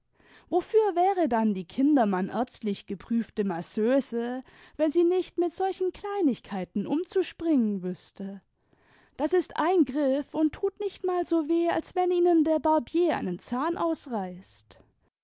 wofür wäre dann die kindermann ärztlich geprüfte masseuse wenn sie nicht mit solchen kleinigkeiten umzuspringen wüßteil das ist ein griff und tut nicht mal so weh als wenn ihnen der barbier einen zahn ausreißt